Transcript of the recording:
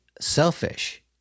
selfish